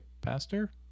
pastor